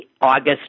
August